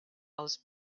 els